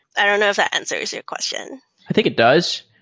i don't know if that answers your question i think it does.